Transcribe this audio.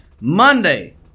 Monday